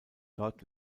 dort